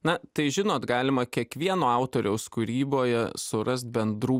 na tai žinot galima kiekvieno autoriaus kūryboje surast bendrų